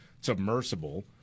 submersible